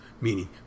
meaning